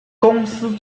公司